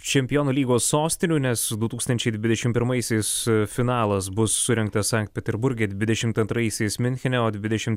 čempionų lygos sostinių nes du tūkstančiai dvidešim pirmaisiais finalas bus surengtas sankt peterburge dvidešimt antraisiais miunchene o dvidešim